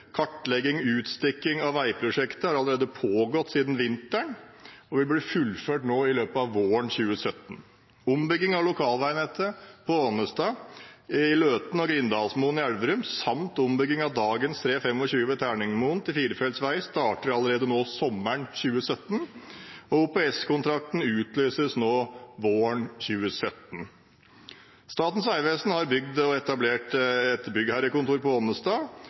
kartlegging og utstikking av veiprosjektet har allerede pågått siden vinteren og vil bli fullført i løpet av våren 2017. Ombygging av lokalveinettet på Ånestad i Løten og Grindalsmoen i Elverum samt ombygging av dagens rv. 25 på Terningmoen til firefelts vei starter allerede nå sommeren 2017, og OPS-kontrakten utlyses nå våren 2017. Statens vegvesen har bygd og etablert et byggherrekontor på